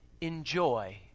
enjoy